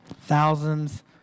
thousands